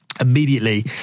immediately